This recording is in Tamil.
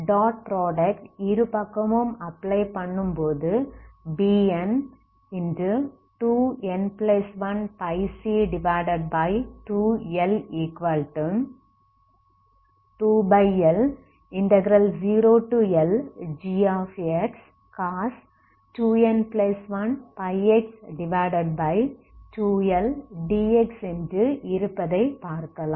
டாட் ப்ராடக்ட் இரு பக்கமும் அப்ளை பண்ணும்போது Bn2n1πc2L2L0Lgcos 2n1πx2L dx என்று இருப்பதை பார்க்கலாம்